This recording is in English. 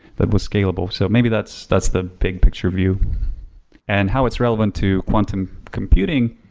that was scalable. so maybe that's that's the big picture view and how it's relevant to quantum computing?